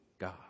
God